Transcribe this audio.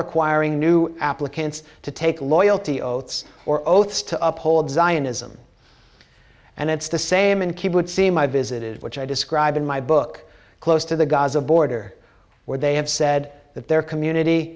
requiring new applicants to take loyalty oaths or oaths to uphold zionism and it's the same and keep would seem i visited which i describe in my book close to the gaza border where they have said that their community